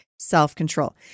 self-control